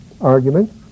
argument